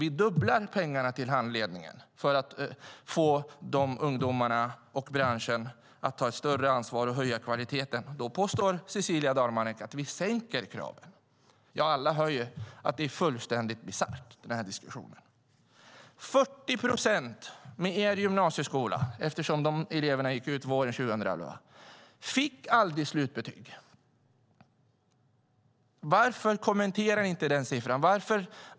Vi dubblar pengarna till handledningen för att få de ungdomarna och branschen att ta ett större ansvar och höja kvaliteten. Då påstår Cecilia Dalman Eek att vi sänker kraven. Alla hör att den här diskussionen är fullständigt bisarr. 40 procent av eleverna fick aldrig slutbetyg med er gymnasieskola - de eleverna gick ut våren 2011. Varför kommenterar ni inte den siffran?